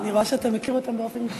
אני רואה שאתה מכיר אותם באופן אישי.